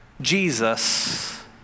Jesus